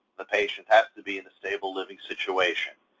the patient has to be in a stable living situation.